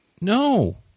no